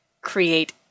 create